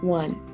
one